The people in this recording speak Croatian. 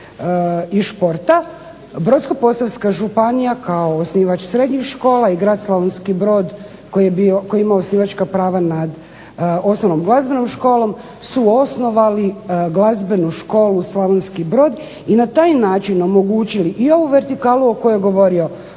i športa Brodsko-posavska županija kao osnivač srednjih škola i grad Slavonski Brod koji ima osnivačka prava nad Osnovnom glazbenom školom su osnovali Glazbenu školu Slavonski Brod i na taj način omogućili i ovu vertikalu o kojoj je govorio